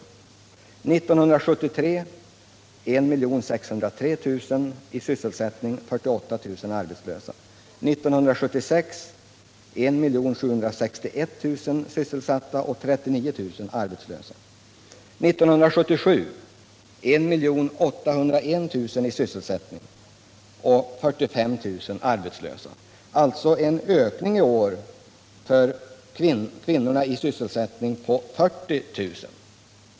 1973 var 1603 000 i sysselsättning och 48 000 arbetslösa. 1976 var 1 761 000 sysselsatta och 39 000 arbetslösa. 1977 sysselsattes 1 801 000 kvinnor och 45 000 var arbetslösa. Antalet kvinnor i arbete har alltså i år ökat med 40 000.